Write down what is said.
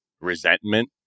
resentment